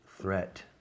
threat